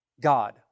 God